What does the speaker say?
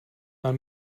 man